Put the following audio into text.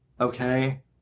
okay